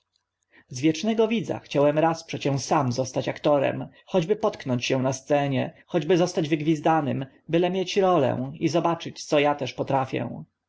wiecznego widza chciałem raz przecie sam zostać aktorem choćby potknąć się na scenie choćby zostać wygwizdanym byle mieć rolę i zobaczyć co a też potrafię